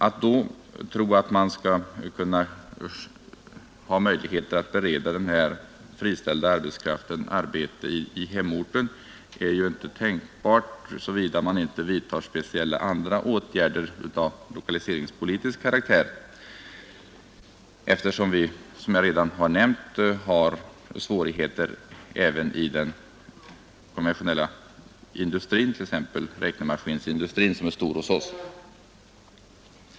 Att då bereda den friställda arbetskraften arbete i hemorten är ju inte tänkbart såvida man inte vidtar andra speciella åtgärder av lokaliseringspolitisk karaktär. Som jag redan nämnt har vi svårigheter i den konventionella industrin, t.ex. räknemaskinsindustrin som är stor hos OSS.